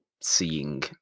seeing